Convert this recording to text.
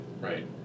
right